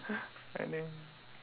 oh no